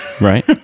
Right